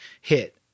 hit